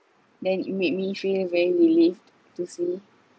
then it made me feel very relieved to see